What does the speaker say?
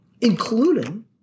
including